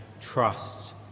trust